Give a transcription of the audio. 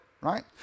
right